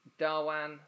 Darwan